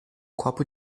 copo